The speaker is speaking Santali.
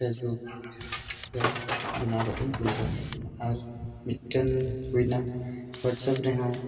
ᱯᱷᱮᱥᱵᱩᱠ ᱨᱮ ᱵᱮᱱᱟᱣ ᱠᱟᱛᱮᱧ ᱠᱩᱞ ᱜᱚᱫ ᱠᱟᱜ ᱠᱟᱱᱟ ᱟᱨ ᱢᱤᱫᱴᱮᱱ ᱦᱩᱭᱱᱟ ᱦᱳᱣᱟᱴᱥᱮᱯ ᱨᱮᱦᱚᱸ